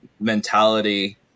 mentality